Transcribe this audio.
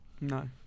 No